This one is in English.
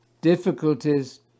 difficulties